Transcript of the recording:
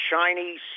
shiny